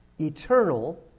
eternal